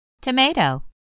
Tomato